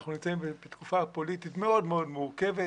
אנחנו נמצאים בתקופה פוליטית מאוד מאוד מורכבת,